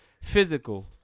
physical